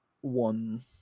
one